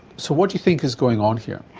so what do you think is going on here?